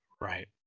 Right